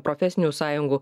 profesinių sąjungų